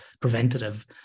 preventative